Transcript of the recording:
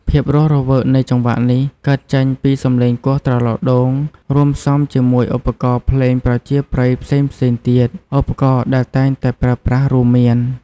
ភាពរស់រវើកនៃចង្វាក់នេះ កើតចេញពីសំឡេងគោះត្រឡោកដូង រួមផ្សំជាមួយឧបករណ៍ភ្លេងប្រជាប្រិយផ្សេងៗទៀត។ ឧបករណ៍ដែលតែងតែប្រើប្រាស់រួមមាន